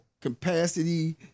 capacity